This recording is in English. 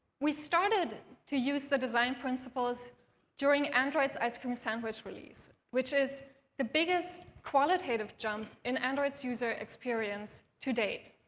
we started to use the design principles during android's ice cream sandwich release, which is the biggest qualitative jump in android's user experience to date.